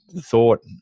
thought